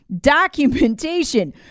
documentation